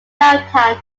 downtown